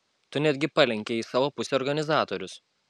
tu netgi palenkei į savo pusę organizatorius